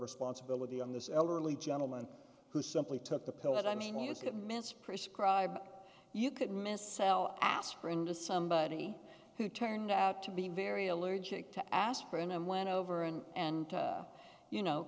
responsibility on this elderly gentleman who simply took the pill that i mean is it miss prescribed you could miss cell aspirin to somebody who turned out to be very allergic to aspirin and went over and and you know